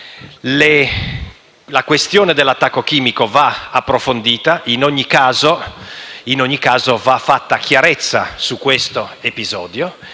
La questione dell’attacco chimico va approfondita, in ogni caso va fatta chiarezza sull’episodio